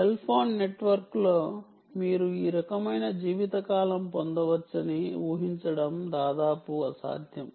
cell phone నెట్వర్క్లో మీరు ఈ రకమైన జీవితకాలం పొందవచ్చని ఊహించడం దాదాపు అసాధ్యం